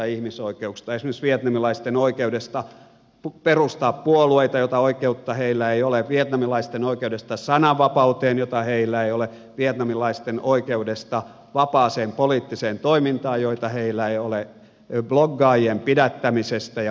esimerkiksi vietnamilaisten oikeudesta perustaa puolueita jota oikeutta heillä ei ole vietnamilaisten oikeudesta sananvapauteen jota heillä ei ole vietnamilaisten oikeudesta vapaaseen poliittiseen toimintaan jota heillä ei ole bloggaajien pidättämisestä ja vangitsemisesta ja niin edelleen